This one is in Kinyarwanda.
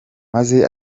maze